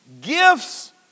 gifts